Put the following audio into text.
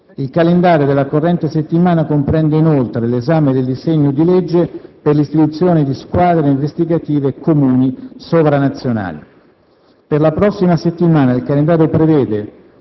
Il calendario della corrente settimana comprende inoltre l'esame del disegno di legge per l'istituzione di squadre investigative comuni sovranazionali. Per la prossima settimana il calendario prevede,